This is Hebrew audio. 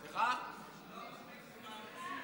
זו לא מספיק סיבה?